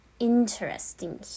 interesting